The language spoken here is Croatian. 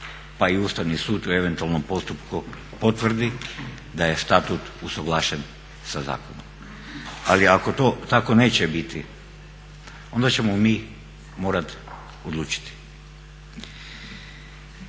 pa i Ustavni sud o eventualnom postupku potvrdi da je Statut usuglašen sa zakonom. Ali ako to tako neće biti, onda ćemo mi morati odlučiti.